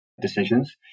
decisions